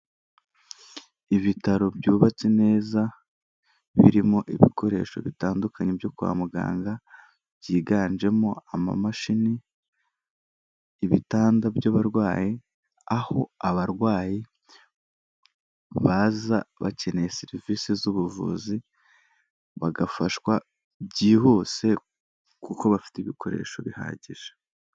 Ibitaro byubatse neza, birimo ibikoresho bitandukanye byo kwa muganga, byiganjemo amamashini, ibitanda by'abarwayi aho abarwayi baza bakeneye serivise z'ubuvuzi, bagafashwa byihuse kuko bafite ibikoresho bihagije.